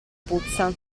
puzza